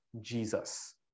jesus